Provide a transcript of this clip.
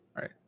right